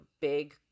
big